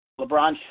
LeBron